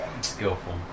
Skillful